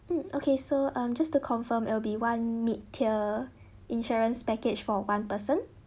mm okay so um just to confirm it will be one mid tier insurance package for one person